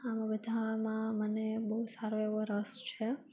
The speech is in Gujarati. આવા બધામાં મને બહુ સારો એવો રસ છે